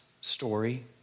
story